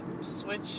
switch